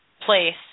place